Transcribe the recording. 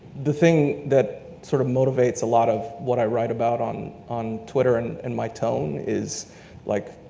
the thing that sort of motivates a lot of what i write about on on twitter and and my tone is like,